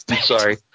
sorry